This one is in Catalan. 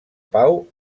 pau